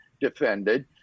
defended